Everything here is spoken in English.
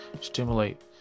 stimulate